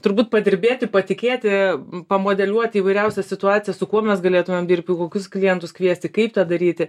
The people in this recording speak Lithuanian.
turbūt padirbėti patikėti pamodeliuoti įvairiausias situacijas su kuo mes galėtumėm dirbti kokius klientus kviesti kaip tą daryti